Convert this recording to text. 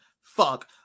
fuck